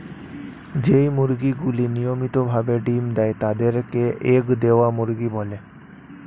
যেই মুরগিগুলি নিয়মিত ভাবে ডিম্ দেয় তাদের কে এগ দেওয়া মুরগি বলে